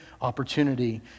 opportunity